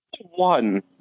one